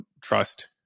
trust